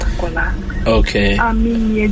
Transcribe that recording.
Okay